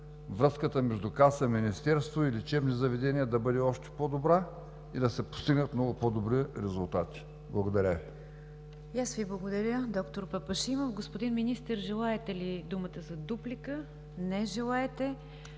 връзката между Каса – Министерство и лечебни заведения да бъде още по-добра и да се постигнат много по добри резултати. Благодаря Ви.